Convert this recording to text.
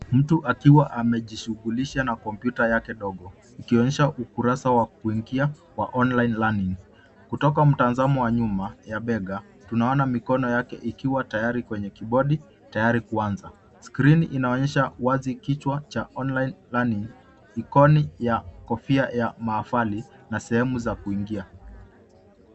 Mtu akiwa amejishughulisha na kompyuta yake ndogo ikionyesha ukurasa wa kuingia wa online learning . Kutoka mtazamo wa nyuma ya bega, tunaona mikono yake ikiwa tayari kwenye kibodi tayari kuanza. Skrini inaonyesha wazi kichwa cha online learning , ikoni ya kofia ya maafali na sehemu za kuingia.